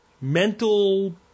mental